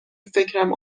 فکرم